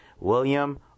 william